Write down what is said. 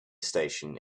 station